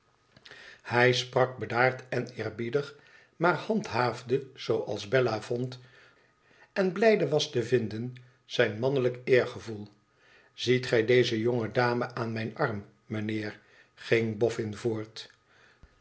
hij sprak bedaard en eerbiedig maar handhaafde zooals bella vond en blijde was te vinden zijn mannelijk eergevoel ziet gij deze jonge dame aan mijn arm mijnheer ging boffin voort